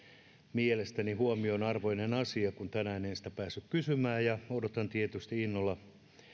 mielestäni tämä on huomionarvoinen asia ja kun tänään en sitä päässyt kysymään niin odotan tietysti innolla